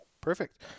perfect